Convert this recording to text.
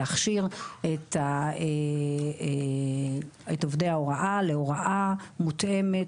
להכשיר את עובדי ההוראה להוראה מותאמת